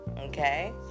okay